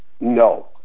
no